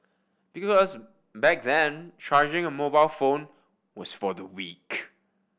because back then charging a mobile phone was for the weak